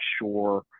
sure